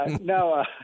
no